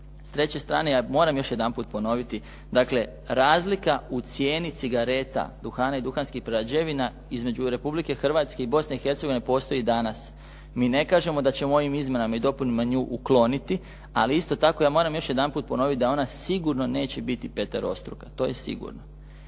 S treće strane, ja moram još jedanput ponoviti. Dakle razlika u cijeni cigareta, duhana i duhanskih prerađevina između Republike Hrvatske i Bosne i Hercegovine postoji i danas. Mi ne kažemo da ćemo ovim izmjenama i dopunama nju ukloniti, ali isto tako ja moram još jedanput ponoviti da ona sigurno neće biti peterostruka. To je sigurno.